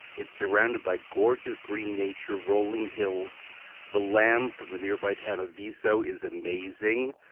it's surrounded by gorgeous green nature, rolling hills the lamb from the nearby town visso is amazing.